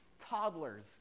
toddlers